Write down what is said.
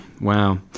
Wow